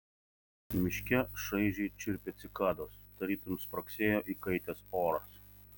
miške šaižiai čirpė cikados tarytum spragsėjo įkaitęs oras